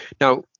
Now